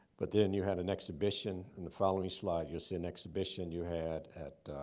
but then you had an exhibition in the following slide. you'll see an exhibition you had at,